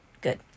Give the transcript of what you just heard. good